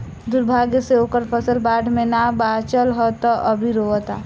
दुर्भाग्य से ओकर फसल बाढ़ में ना बाचल ह त उ अभी रोओता